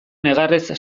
negarrez